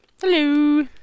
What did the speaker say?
Hello